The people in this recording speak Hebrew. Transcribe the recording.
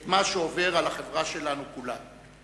את מה שעובר על החברה שלנו כולה.